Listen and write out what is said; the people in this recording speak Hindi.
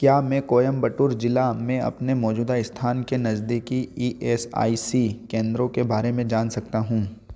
क्या मैं कोयंबटूर ज़िला में अपने मौजूदा स्थान के नज़दीकी ई एस आई सी केंद्रों के बारे में जान सकता हूँ